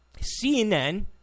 CNN